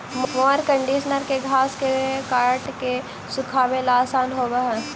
mower conditioner के घास के काट के सुखावे ला आसान होवऽ हई